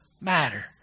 matter